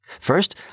First